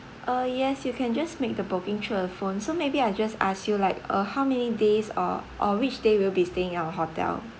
uh yes you can just make the booking through a phone so maybe I just ask you like uh how many days or or which day will you be staying in our hotel